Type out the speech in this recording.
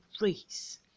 race